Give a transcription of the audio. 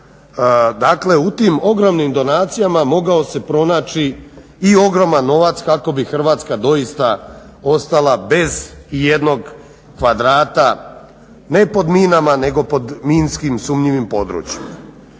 Dakle u tim ogromnim donacijama mogao se pronaći i ogroman novac kako bi Hrvatska doista ostala bez ijednog kvadrata ne pod minama nego pod minskim sumnjivim područjima.